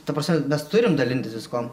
ta prasme mes turim dalintis viskuom